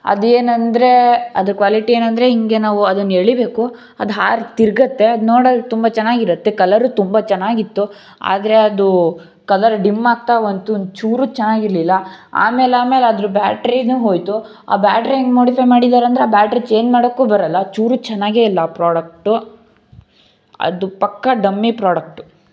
ಅದು ಏನಂದರೆ ಅದರ ಕ್ವಾಲಿಟಿ ಏನಂದರೆ ಹೀಗೆ ನಾವು ಅದನ್ನು ಎಳಿಬೇಕು ಅದು ಹಾರಿ ತಿರ್ಗತ್ತೆ ಅದು ನೋಡಲು ತುಂಬ ಚೆನ್ನಾಗಿರುತ್ತೆ ಕಲರು ತುಂಬ ಚೆನ್ನಾಗಿತ್ತು ಆದರೆ ಅದು ಕಲರ್ ಡಿಮ್ ಆಗ್ತಾ ಬಂತು ಒಂದ್ಚೂರು ಚೆನ್ನಾಗಿರಲಿಲ್ಲ ಆಮೇಲಾಮೇಲೆ ಅದರ ಬ್ಯಾಟ್ರಿಯೂ ಹೋಯಿತು ಆ ಬ್ಯಾಟ್ರಿ ಹೇಗೆ ಮೋಡಿಫೈ ಮಾಡಿದ್ದಾರಂದರೆ ಆ ಬ್ಯಾಟರಿ ಚೇಂಜ್ ಮಾಡೋಕ್ಕೂ ಬರೋಲ್ಲ ಚೂರು ಚೆನ್ನಾಗೆ ಇಲ್ಲ ಆ ಪ್ರಾಡಕ್ಟು ಅದು ಪಕ್ಕಾ ಡಮ್ಮಿ ಪ್ರಾಡಕ್ಟು